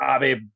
Abe